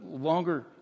longer